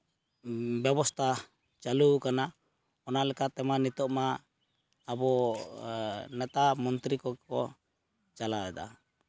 ᱵᱮᱵᱚᱥᱛᱷᱟ ᱪᱟᱹᱞᱩᱣ ᱠᱟᱱᱟ ᱚᱱᱟ ᱞᱮᱠᱟ ᱛᱮᱢᱟ ᱱᱤᱛᱚᱜ ᱢᱟ ᱟᱵᱚ ᱱᱮᱛᱟ ᱢᱚᱱᱛᱨᱤ ᱠᱚᱠᱚ ᱪᱟᱞᱟᱣ ᱮᱫᱟ